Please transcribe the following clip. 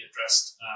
addressed